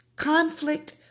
Conflict